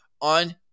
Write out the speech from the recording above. on